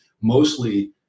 mostly